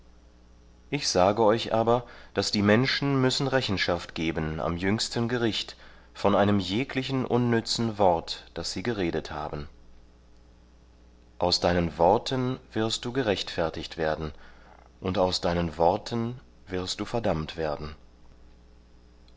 ich sage euch aber daß die menschen müssen rechenschaft geben am jüngsten gericht von einem jeglichen unnützen wort das sie geredet haben aus deinen worten wirst du gerechtfertigt werden und aus deinen worten wirst du verdammt werden